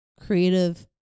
creative